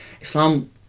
islam